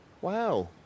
Wow